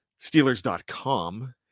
Steelers.com